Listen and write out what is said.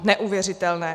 Neuvěřitelné.